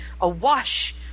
awash